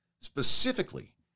Specifically